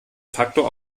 facto